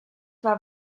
war